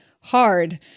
hard